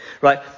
Right